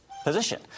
position